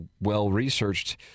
well-researched